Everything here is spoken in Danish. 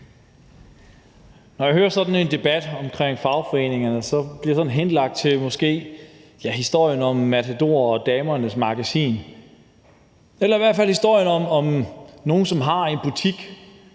Når jeg hører sådan en debat om fagforeningerne, føler jeg mig hensat til historien om Matador og Damernes Magasin – eller i hvert fald en historie om nogle, som har en butik